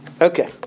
Okay